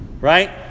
right